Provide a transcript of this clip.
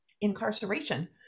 incarceration